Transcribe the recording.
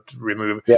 remove